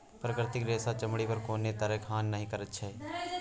प्राकृतिक रेशा चमड़ी पर कोनो तरहक हानि नहि करैत छै